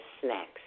snacks